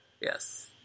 yes